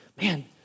Man